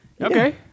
Okay